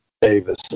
Davis